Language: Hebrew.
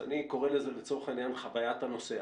אני קורא לזה לצורך העניין חווית הנוסע.